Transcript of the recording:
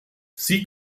sie